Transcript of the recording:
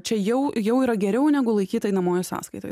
čia jau jau yra geriau negu laikyt einamojoj sąskaitoj